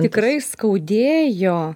tikrai skaudėjo